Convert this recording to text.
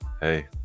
Hey